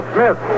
Smith